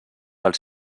els